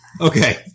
Okay